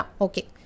Okay